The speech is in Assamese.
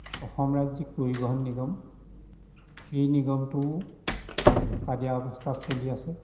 অসম ৰাজ্যিক পৰিৱহণ নিগম সেই নিগমটোও ঢকা দিয়া অৱস্থাত চলি আছে